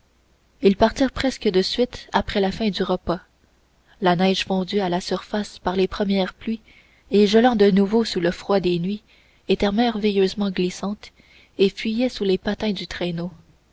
ils partirent presque de suite après la fin du repas la neige fondue à la surface par les premières pluies et gelant de nouveau sous le froid des nuits était merveilleusement glissante et fuyait sous les patins du traîneau